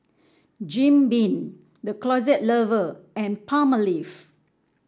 Jim Beam The Closet Lover and Palmolive